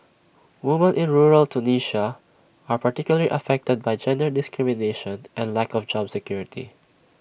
women in rural Tunisia are particularly affected by gender discrimination and lack of job security